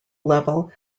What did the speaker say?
level